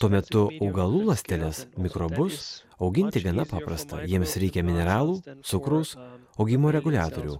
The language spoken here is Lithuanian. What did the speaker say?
tuo metu augalų ląsteles mikrobus auginti gana paprasta jiems reikia mineralų cukraus augimo reguliatorių